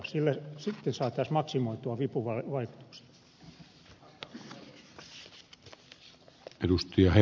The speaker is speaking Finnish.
sillä sitten saataisiin maksimoitua vipuvaikutuksia